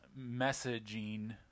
messaging